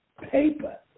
paper